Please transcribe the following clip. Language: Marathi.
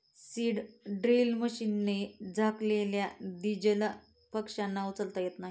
सीड ड्रिल मशीनने झाकलेल्या दीजला पक्ष्यांना उचलता येत नाही